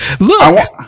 Look